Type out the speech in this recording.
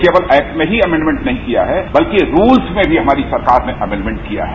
केवल ऐक्ट में हो एमेनमेंट नहीं किया है बल्कि रूल्स में भी हमारी सरकार ने एमेनमेंट किया है